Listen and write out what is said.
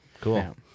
cool